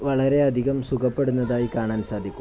വളരെയധികം സുഖപ്പെടുന്നതായി കാണാൻ സാധിക്കും